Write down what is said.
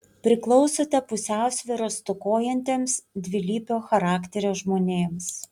priklausote pusiausvyros stokojantiems dvilypio charakterio žmonėms